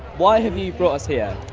why have you brought us here?